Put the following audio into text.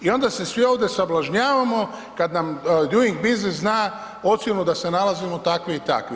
I onda se svi ovdje sablažnjavamo kad nam Doing Business da ocjenu da se nalazimo takvi i takvi.